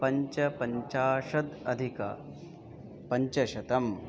पञ्चपञ्चाशत् अधिकपञ्चशतम्